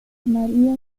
maría